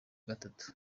gatatu